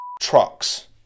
trucks